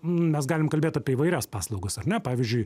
mes galim kalbėt apie įvairias paslaugas ar ne pavyzdžiui